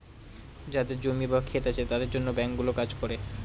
যাদের জমি বা ক্ষেত আছে তাদের জন্য ব্যাঙ্কগুলো কাজ করে